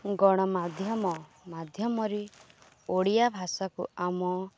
ଗଣମାଧ୍ୟମ ମାଧ୍ୟମରେ ଓଡ଼ିଆ ଭାଷାକୁ ଆମ